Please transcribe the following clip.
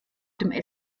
dem